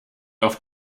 auf